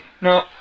no